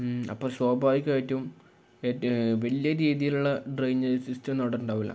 അപ്പോള് സ്വാഭാവികമായിട്ടും ഏറ്റവും വലിയ രീതിയിലുള്ള ഡ്രെയ്നേജ് സിസ്റ്റമൊന്നും അവിടെ ഉണ്ടാവില്ല